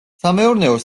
სამეურნეო